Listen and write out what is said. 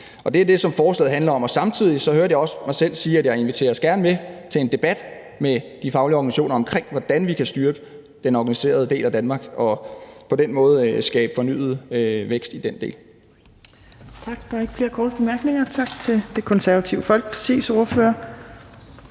Det er det, som forslaget handler om. Og samtidig hørte jeg mig selv sige, at jeg gerne inviteres med til en debat med de faglige organisationer omkring, hvordan vi kan styrke den organiserede del af Danmark og på den måde skabe fornyet vækst i den del.